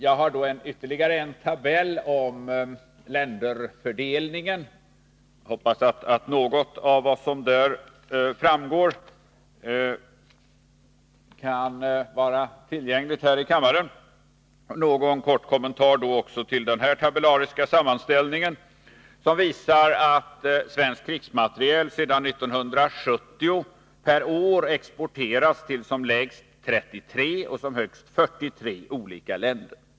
Jag har ytterligare en tabell över länderfördelningen, och jag hoppas att något av vad som där framgår är tillgängligt här i kammaren på bildskärmen. Jag vill göra några kommentarer också till denna tabellariska sammanställning. Svensk krigsmateriel har sedan 1970 per år exporterats till som lägst 33 och som högst 43 olika länder.